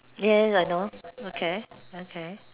yes I know okay okay